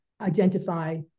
identify